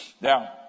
Now